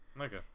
Okay